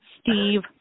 Steve